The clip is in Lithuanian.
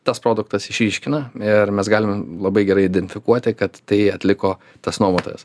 tas produktas išryškina ir mes galim labai gerai identifikuoti kad tai atliko tas nuomotojas